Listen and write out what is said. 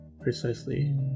Precisely